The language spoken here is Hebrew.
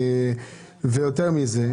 ויותר מזה,